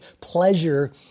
pleasure